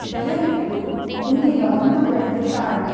ದಯವಿಟ್ಟು ಮುಂದಿನ ಒಂದು ಗಂಟೆ ತಾಳು